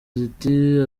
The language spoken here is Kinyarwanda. ziti